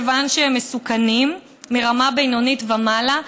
מכיוון שהם מסוכנים מרמה בינונית ומעלה,